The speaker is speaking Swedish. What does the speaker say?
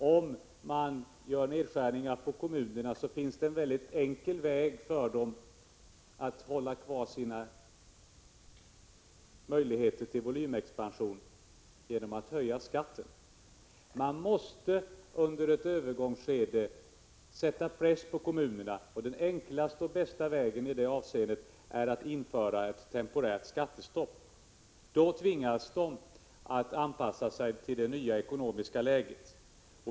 Om man gör nedskärningar för kommunerna finns det en väldigt enkel väg för dem att behålla sina möjligheter till volymexpansion — genom att höja skatten. Man måste under ett övergångsskede sätta press på kommunerna, och den enklaste och bästa vägen i det avseendet är att införa ett temporärt skattestopp. Då tvingas de att anpassa sig till det nya ekonomiska läget.